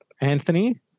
Anthony